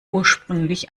ursprünglich